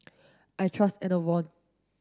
I trust Enervon